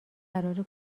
قرار